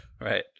right